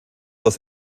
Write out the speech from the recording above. aus